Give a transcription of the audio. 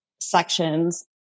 sections